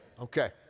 Okay